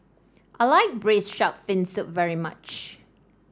I like Braised Shark Fin Soup very much